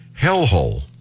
hellhole